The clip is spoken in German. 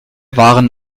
waren